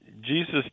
Jesus